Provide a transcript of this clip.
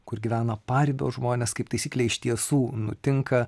kur gyvena paribio žmonės kaip taisyklė iš tiesų nutinka